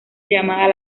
llamado